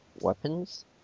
weapons